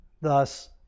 thus